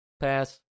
Pass